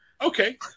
Okay